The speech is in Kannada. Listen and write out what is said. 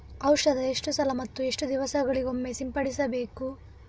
ಔಷಧ ಎಷ್ಟು ಸಲ ಮತ್ತು ಎಷ್ಟು ದಿವಸಗಳಿಗೊಮ್ಮೆ ಸಿಂಪಡಿಸಬೇಕು?